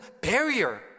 barrier